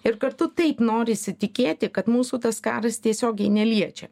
ir kartu taip norisi tikėti kad mūsų tas karas tiesiogiai neliečia